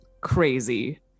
crazy